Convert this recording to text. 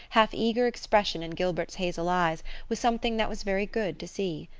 half-eager expression in gilbert's hazel eyes was something that was very good to see.